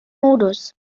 modus